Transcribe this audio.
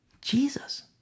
Jesus